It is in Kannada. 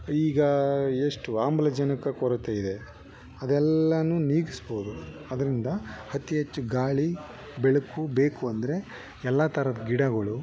ಈಗ ಎಷ್ಟು ಆಮ್ಲಜನಕ ಕೊರತೆಯಿದೆ ಅದೆಲ್ಲಾನೂ ನೀಗಿಸ್ಬೋದು ಅದರಿಂದ ಅತಿ ಹೆಚ್ಚು ಗಾಳಿ ಬೆಳಕು ಬೇಕು ಅಂದರೆ ಎಲ್ಲ ಥರದ್ ಗಿಡಗಳು